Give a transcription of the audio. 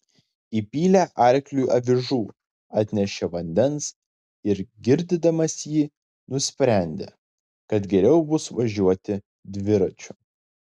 įpylė arkliui avižų atnešė vandens ir girdydamas jį nusprendė kad geriau bus važiuoti dviračiu